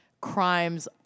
crimes